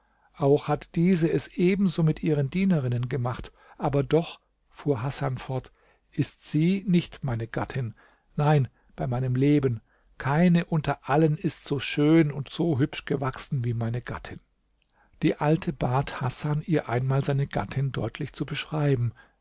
auch hat diese es ebenso mit ihren dienerinnen gemacht aber doch fuhr hasan fort ist sie nicht meine gattin nein bei meinem leben keine unter allen ist so schön und so hübsch gewachsen wie meine gattin die alte bat hasan ihr einmal seine gattin deutlich zu beschreiben